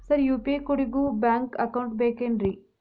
Sir UPI ಕೋಡಿಗೂ bank account ಬೇಕೆನ್ರಿ?